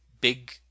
big